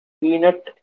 peanut